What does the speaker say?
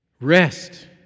rest